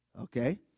Okay